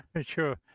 Sure